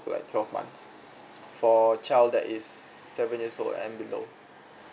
like twelve months for child that is seven years old and below